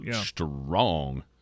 strong